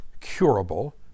curable